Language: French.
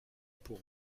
pour